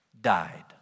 died